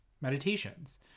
meditations